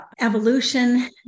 evolution